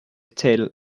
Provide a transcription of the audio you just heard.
tell